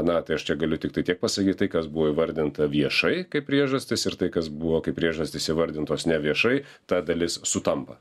na tai aš čia galiu tiktai tiek pasakyt tai kas buvo įvardinta viešai kaip priežastys ir tai kas buvo kaip priežastys įvardintos neviešai ta dalis sutampa